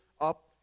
up